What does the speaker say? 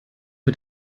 mit